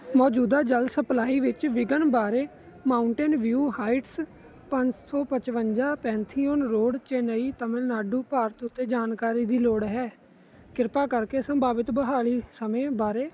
ਮੌਜੂਦਾ ਜਲ ਸਪਲਾਈ ਵਿੱਚ ਵਿਘਨ ਬਾਰੇ ਮਾਊਟੇਂਨ ਵਿਊ ਹਾਈਟਸ ਪੰਜ ਸੌ ਪਚਵੰਜਾ ਪੈਥੀਓਨ ਰੋਡ ਚੇਨਈ ਤਾਮਿਲਨਾਡੂ ਭਾਰਤ ਉੱਤੇ ਜਾਣਕਾਰੀ ਦੀ ਲੋੜ ਹੈ ਕਿਰਪਾ ਕਰਕੇ ਸੰਭਾਵਿਤ ਬਹਾਲੀ ਸਮੇਂ ਬਾਰੇ